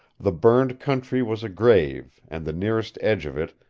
the burned country was a grave and the nearest edge of it,